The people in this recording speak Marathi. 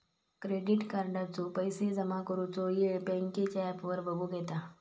क्रेडिट कार्डाचो पैशे जमा करुचो येळ बँकेच्या ॲपवर बगुक येता